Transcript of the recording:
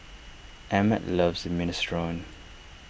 Emmet loves Minestrone